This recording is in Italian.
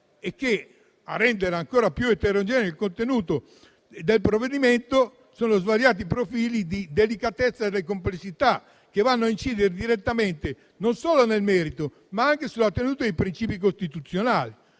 che rendono ancora più eterogeneo il contenuto del provvedimento, con svariati profili di delicatezza e complessità, che vanno a incidere direttamente, non solo nel merito, ma anche sulla tenuta dei principi costituzionali.